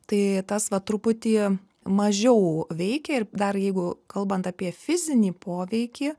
tai tas va truputį mažiau veikia ir dar jeigu kalbant apie fizinį poveikį